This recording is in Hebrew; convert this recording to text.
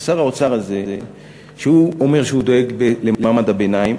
שר האוצר הזה אומר שהוא דואג למעמד הביניים,